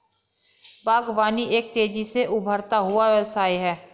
बागवानी एक तेज़ी से उभरता हुआ व्यवसाय है